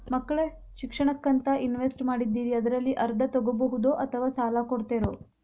ಮಕ್ಕಳ ಶಿಕ್ಷಣಕ್ಕಂತ ಇನ್ವೆಸ್ಟ್ ಮಾಡಿದ್ದಿರಿ ಅದರಲ್ಲಿ ಅರ್ಧ ತೊಗೋಬಹುದೊ ಅಥವಾ ಸಾಲ ಕೊಡ್ತೇರೊ?